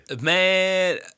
Man